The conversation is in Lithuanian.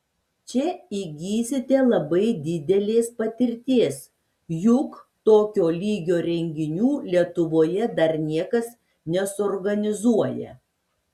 čia įgysite labai didelės patirties juk tokio lygio renginių lietuvoje dar niekas nesuorganizuoja